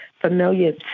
familiar